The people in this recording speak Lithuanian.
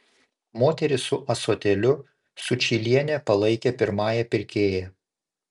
moterį su ąsotėliu sučylienė palaikė pirmąja pirkėja